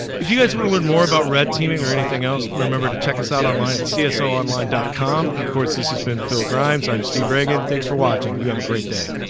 if you guys want to learn more about red teaming or anything else remember to check us out online at cso online com? and of course, this has been phil grimes, i'm steve reagan. thanks for watching. you have a great day